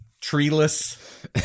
treeless